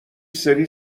سری